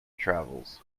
travels